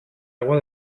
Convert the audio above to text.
agua